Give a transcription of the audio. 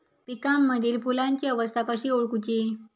पिकांमदिल फुलांची अवस्था कशी ओळखुची?